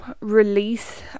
release